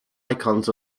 icons